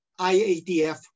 IATF